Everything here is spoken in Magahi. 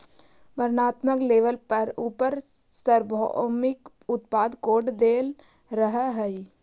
वर्णात्मक लेबल पर उपर सार्वभौमिक उत्पाद कोड देल रहअ हई